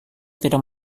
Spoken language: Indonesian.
tidak